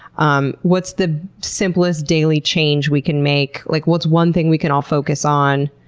um what's the simplest daily change we can make? like what's one thing we can all focus on?